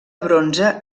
bronze